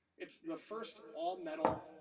it's the first all metal,